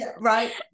right